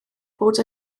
bod